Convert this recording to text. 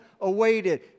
awaited